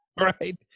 right